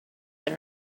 that